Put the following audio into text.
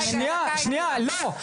שנייה, שנייה, לא.